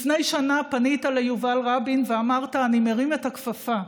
לפני שנה פנית ליובל רבין ואמרת: אני מרים את הכפפה.